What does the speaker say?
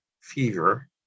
fever